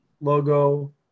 logo